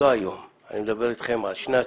לא היום, אני מדבר אתכם על שנת